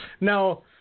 Now